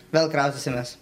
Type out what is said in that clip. vėl kraustysimės